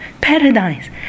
paradise